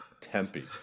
Tempe